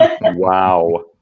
Wow